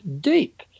deep